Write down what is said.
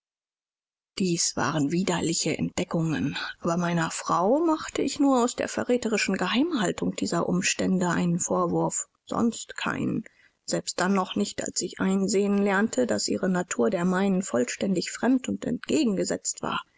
dies waren widerliche entdeckungen aber meiner frau machte ich nur aus der verräterischen geheimhaltung dieser umstände einen vorwurf sonst keinen selbst dann noch nicht als ich einsehen lernte daß ihre natur der meinen vollständig fremd und entgegengesetzt war